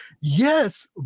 yes